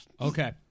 Okay